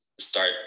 Start